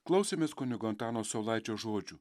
klausėmės kunigo antano saulaičio žodžių